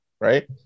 right